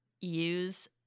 use